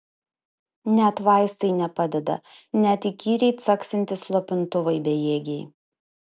net vaistai nepadeda net įkyriai caksintys slopintuvai bejėgiai